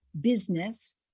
business